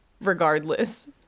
regardless